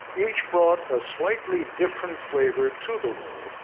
each brought a slightly different flavor to the role,